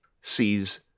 sees